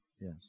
yes